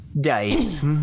dice